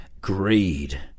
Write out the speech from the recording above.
greed